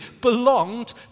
belonged